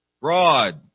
Broad